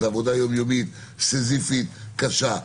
זו עבודה יומיומית, סיזיפית, קשה.